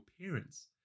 parents